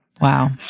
wow